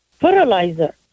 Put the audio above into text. fertilizer